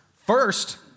First